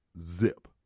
zip